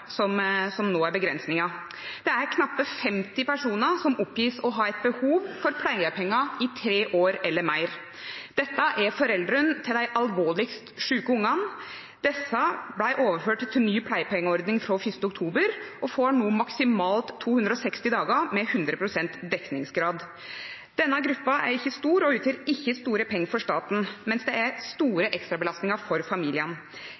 som nå er begrensningen. Det er knapt 50 personer som oppgis å ha et behov for pleiepenger i tre år eller mer. Dette er foreldrene til de alvorligst syke ungene. Disse ble overført til ny pleiepengeordning fra 1. oktober og får nå maksimalt 260 dager med 100 pst. dekningsgrad. Denne gruppen er ikke stor og utgjør ikke store penger for staten, mens det er store ekstrabelastninger for familiene.